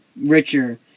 richer